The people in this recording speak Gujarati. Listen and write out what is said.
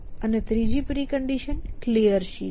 અને ત્રીજી પ્રિકન્ડિશન Clear છે